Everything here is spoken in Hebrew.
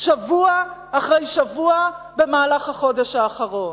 שבוע אחרי שבוע במהלך החודש האחרון: